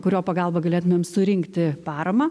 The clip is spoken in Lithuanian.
kurio pagalba galėtumėm surinkti paramą